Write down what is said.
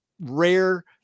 rare